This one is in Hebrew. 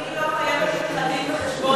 אני לא חייבת לך דין-וחשבון,